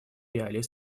реалии